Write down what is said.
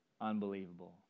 unbelievable